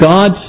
God